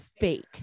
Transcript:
fake